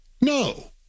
No